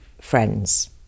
friends